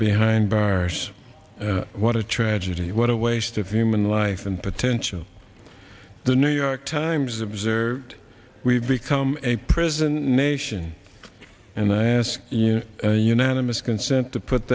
behind bars what a tragedy what a waste of human life and potential the new york times observed we've become a prison nation and i ask you unanimous consent to put